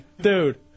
dude